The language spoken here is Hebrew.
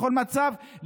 בכל מצב,